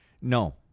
no